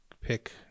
pick